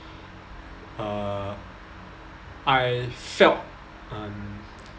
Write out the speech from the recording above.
uh I felt